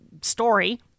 story